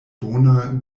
bona